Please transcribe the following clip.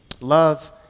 love